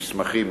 המסמכים